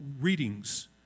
readings